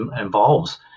involves